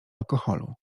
alkoholu